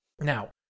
Now